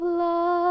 love